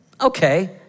Okay